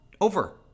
over